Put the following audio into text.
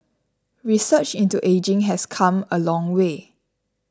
research into ageing has come a long way